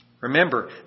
Remember